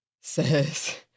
says